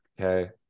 okay